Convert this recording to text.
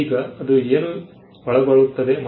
ಈಗ ಅದು ಏನು ಒಳಗೊಳ್ಳುತ್ತದೆ